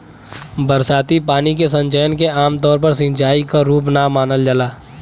बरसाती पानी के संचयन के आमतौर पर सिंचाई क रूप ना मानल जाला